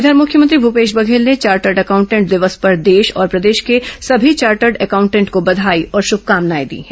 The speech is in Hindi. इधर मुख्यमंत्री भूपेश बघेल ने चार्टर्ड अकाउंटेंट दिवस पर देश और प्रदेश के सभी चार्टर्ड एकाउंटेंट को बधाई और शुभकामनाएं दी हैं